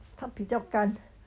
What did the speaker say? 他比较干